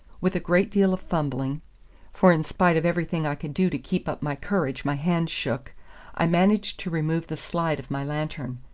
with a great deal of fumbling for in spite of everything i could do to keep up my courage my hands shook i managed to remove the slide of my lantern.